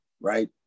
right